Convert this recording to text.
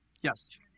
Yes